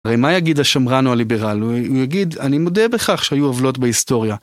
הרי מה יגיד השמרן או הליברל? הוא יגיד, אני מודה בכך שהיו עוולות בהיסטוריה.